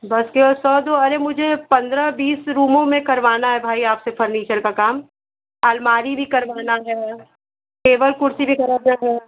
बस केवल सौ दो अरे मुझे पंद्रह बीस रूमो में करवाना है भाई आप से फ़र्नीचर का काम आलमारी भी करवाना है टेबल कुर्सी भी कराना है